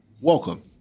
welcome